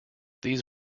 these